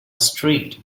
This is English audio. street